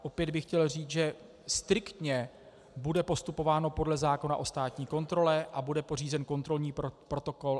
Opět bych chtěl říci, že striktně bude postupováno podle zákona o státní kontrole a bude pořízen kontrolní protokol.